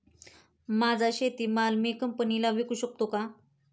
माझा शेतीमाल मी कंपनीला विकू शकतो का?